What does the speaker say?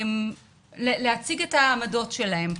להציג את העמדות שלהם.